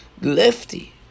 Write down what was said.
lefty